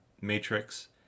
matrix